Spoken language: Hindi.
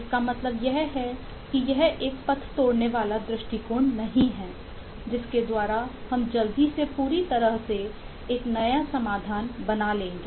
इसका मतलब यह है कि यह एक पथ तोड़ने वाला दृष्टिकोण नहीं है जिसके द्वारा हम जल्दी से पूरी तरह से एक नया समाधान बना लेंगे